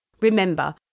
Remember